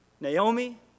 Naomi